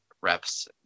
reps